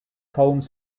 home